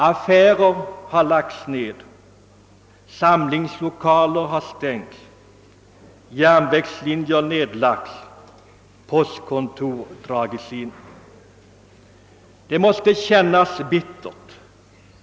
Affärer har lagts ned, samlingslokaler stängts, järnvägslinjer nedlagts och postkontor dragits in. Det måste kännas bittert.